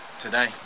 today